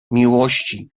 miłości